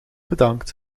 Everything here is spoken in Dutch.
bedankt